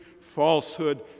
falsehood